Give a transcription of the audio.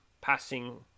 passing